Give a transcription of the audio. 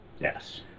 Yes